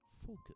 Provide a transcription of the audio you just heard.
Focus